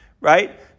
right